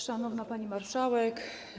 Szanowna Pani Marszałek!